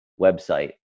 website